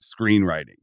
screenwriting